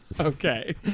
Okay